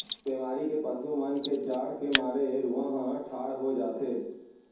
बेमारी म पसु मन के जाड़ के मारे रूआं ह ठाड़ हो जाथे